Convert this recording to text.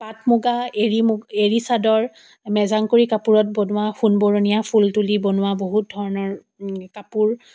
পাট মুগা এড়ি মু এড়ী চাদৰ মেজাংকৰি কাপোৰত বনোৱা সোণ বৰণীয়া ফুল তুলি বনোৱা বহুত ধৰণৰ কাপোৰ